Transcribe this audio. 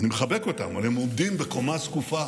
אני מחבק אותם, אבל הם עומדים בקומה זקופה